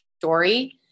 story